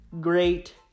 great